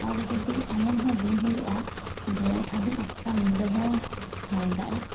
ᱟᱨ ᱡᱩᱫᱤ ᱮᱢᱚᱱ ᱦᱚᱸ ᱫᱤᱱ ᱦᱩᱭᱩᱜᱼᱟ ᱡᱮ ᱟᱹᱰᱤ ᱟᱡᱽᱠᱟ ᱧᱤᱫᱟᱹ ᱦᱚᱸ ᱦᱚᱭ ᱫᱟᱜ ᱮ